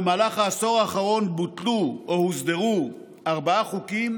במהלך העשור האחרון בוטלו או הוסדרו ארבעה חוקים